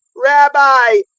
rabbi,